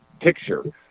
picture